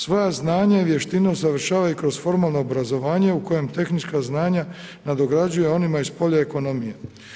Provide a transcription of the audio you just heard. Svoja znanja i vještine usavršava i kroz formalno obrazovanje u kojem tehnička znanja nadograđuje onima iz polja ekonomije.